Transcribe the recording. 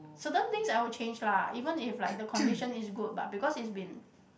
certain things I will change lah even if like the condition is good but because it's been